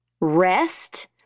rest